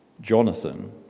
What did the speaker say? Jonathan